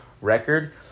record